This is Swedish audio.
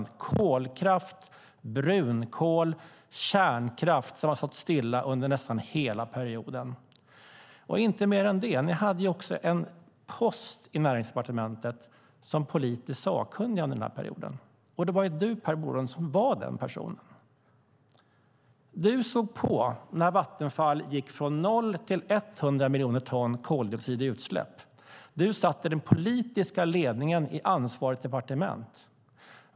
Det var kolkraft, brunkol och kärnkraft, som har stått stilla under nästan hela perioden. Och inte nog med det: Ni hade också under den här perioden en post i Näringsdepartementet som politiskt sakkunnig, och det var du, Per Bolund, som var den personen. Du såg på när Vattenfall gick från 0 till 100 miljoner ton koldioxid i utsläpp. Du satt i den politiska ledningen i ansvarigt departement.